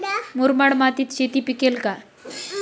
मुरमाड मातीत शेती पिकेल का?